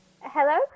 Hello